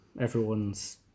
everyone's